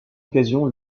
occasion